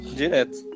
direto